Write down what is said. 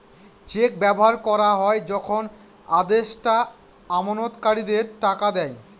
check ব্যবহার করা হয় যখন আদেষ্টা আমানতকারীদের টাকা দেয়